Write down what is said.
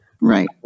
Right